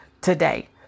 today